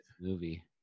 movie